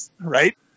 right